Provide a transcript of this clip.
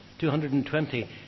220